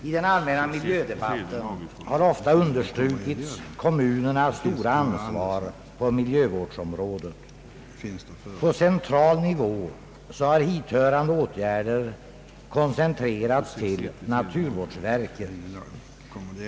I den allmänna miljödebatten har ofta understrukits kommunernas stora ansvar på miljövårdsområdet. På central nivå har hithörande åtgärder koncentrerats till naturvårdsverket.